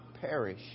perish